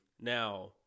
now